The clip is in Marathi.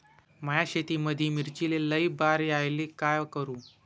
माया शेतामंदी मिर्चीले लई बार यायले का करू?